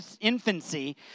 infancy